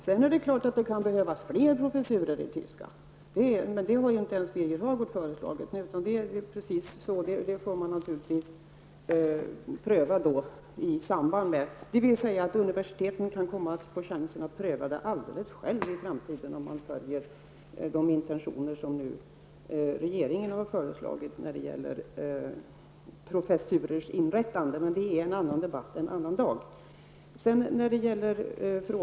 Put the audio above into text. Sedan är det klart att det kan behövas fler professurer i tyska, men det har ju inte ens Birger Hagård föreslagit, utan det är någonting som får prövas i annat sammanhang. Universiteten kan komma att få chansen att pröva sådana saker alldeles själva i framtiden, om de intentioner följs som regeringen har i fråga om inrättandet av professurer, men det är en annan debatt en annan dag.